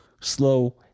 Slow